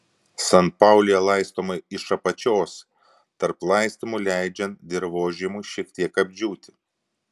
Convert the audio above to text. sanpaulija laistoma iš apačios tarp laistymų leidžiant dirvožemiui šiek tiek apdžiūti